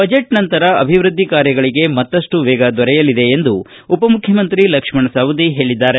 ಬಜೆಚ್ ನಂತರ ಅಭಿವೃದ್ಲಿ ಕಾರ್ಯಗಳಿಗೆ ಮತ್ತಪ್ಪು ವೇಗ ದೊರೆಯಲಿದೆ ಎಂದು ಉಪಮುಖ್ಖಮಂತ್ರಿ ಲಕ್ಸ್ನಣ ಸವದಿ ಹೇಳಿದ್ದಾರೆ